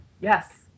Yes